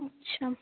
আচ্ছা